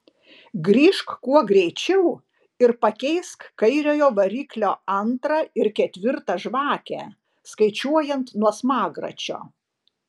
grįžk kuo greičiau ir pakeisk kairiojo variklio antrą ir ketvirtą žvakę skaičiuojant nuo smagračio